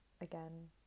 again